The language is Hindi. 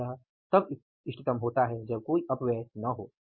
और यह तब इष्टतम होता है जब कोई अपव्यय न हो